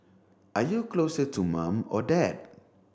are you closer to mum or dad